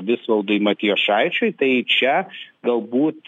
visvaldui matijošaičiui tai čia galbūt